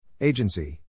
Agency